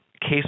case